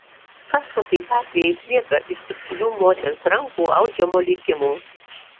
kas tokiais atvejais lieka iš subtilių moters rankų audžiamo likimo